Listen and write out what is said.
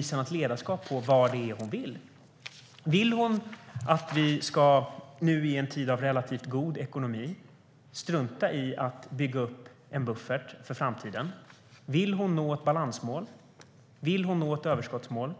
visa något ledarskap och tala om vad det är hon vill. Vill hon att vi, nu i en tid av relativt god ekonomi, ska strunta i att bygga upp en buffert för framtiden? Vill hon nå ett balansmål? Vill hon nå ett överskottsmål?